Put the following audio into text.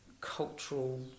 cultural